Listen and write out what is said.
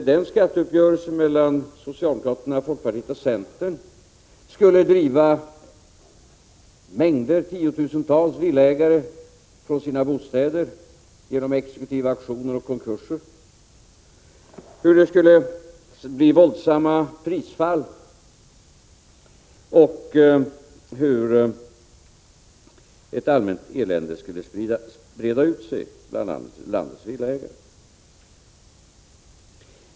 Den skatteuppgörelsen mellan socialdemokraterna, folkpartiet och centern beskrev moderaterna så, att den skulle driva tiotusentals villaägare från sina bostäder genom exekutiva auktioner och konkurser. Man beskrev hur det skulle bli våldsamma prisfall på villor och hur ett allmänt elände skulle breda ut sig bland landets villaägare.